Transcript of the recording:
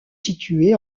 située